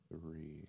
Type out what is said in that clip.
three